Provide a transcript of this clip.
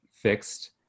fixed